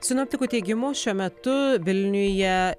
sinoptikų teigimu šiuo metu vilniuje